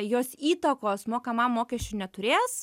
jos įtakos mokamam mokesčiui neturės